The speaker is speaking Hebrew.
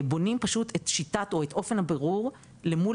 בונים פשוט את שיטת או את אופן הבירור אל מול